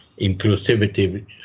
inclusivity